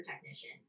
technician